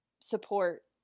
support